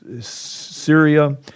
Syria